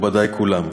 מכובדי כולם,